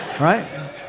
right